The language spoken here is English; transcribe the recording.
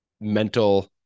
mental